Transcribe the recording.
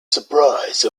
surprise